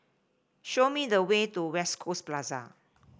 show me the way to West Coast Plaza